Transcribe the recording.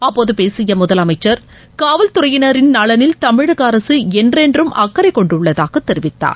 அப்போது பேசிய முதலமைச்சர் காவல் துறையினரின் நலனில் தமிழக அரசு என்றென்றும் அக்கறை கொண்டுள்ளதாக தெரிவித்தார்